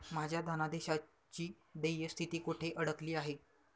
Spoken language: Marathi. माझ्या धनादेशाची देय स्थिती कुठे अडकली आहे?